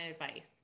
advice